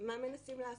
מה מנסים לעשות?